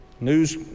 News